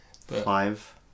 Five